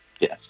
Yes